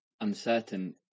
uncertain